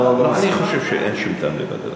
מאחר שהשר מציע ועדה אחרת,